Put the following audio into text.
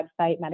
website